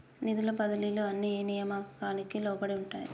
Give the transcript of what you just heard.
నిధుల బదిలీలు అన్ని ఏ నియామకానికి లోబడి ఉంటాయి?